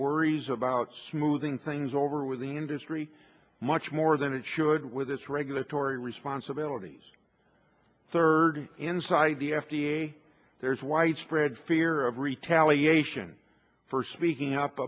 worries about smoothing things over with the industry much more than it should with its regulatory responsibilities third inside the f d a there is widespread fear of retaliation for speaking up